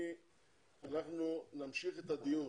אנחנו נמשיך את הדיון